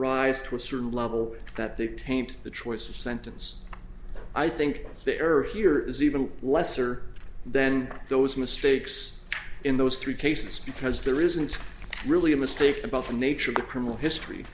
rise to a certain level that they taint the choice of sentence i think there are here is even lesser then those mistakes in those three cases because there isn't really a mistake about the nature of the criminal history